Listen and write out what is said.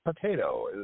potato